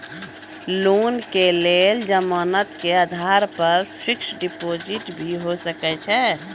Loan के लेल जमानत के आधार पर फिक्स्ड डिपोजिट भी होय सके छै?